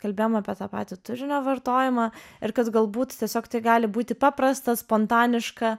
kalbėjom apie tą patį turinio vartojimą ir kad galbūt tiesiog tai gali būti paprasta spontaniška